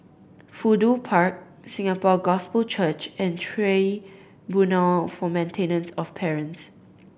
Fudu Park Singapore Gospel Church and Tribunal for Maintenance of Parents